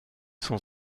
sont